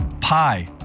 pi